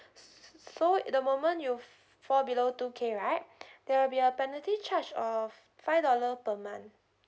so at the moment you fall below two K right there will be a penalty charge of five dollar per month